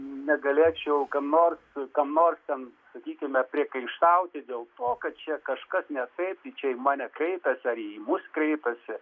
negalėčiau kam nors kam nors ten sakykime priekaištauti dėl to kad čia kažkas ne taip tai čia į mane kreipiasi į mus kreipiasi